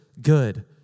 good